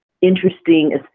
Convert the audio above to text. interesting